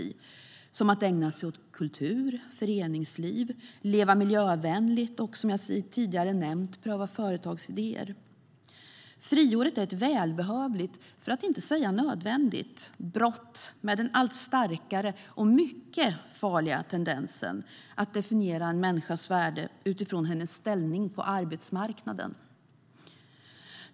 Det kan vara att ägna sig åt kultur, föreningsliv, att leva miljövänligt och som jag tidigare nämnt att pröva företagsidéer. Friåret är ett välbehövligt, för att inte säga nödvändigt, brott med den allt starkare och mycket farliga tendensen att definiera en människas värde utifrån hennes ställning på arbetsmarknaden.